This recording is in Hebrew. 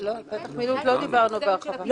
דיברנו בהרחבה.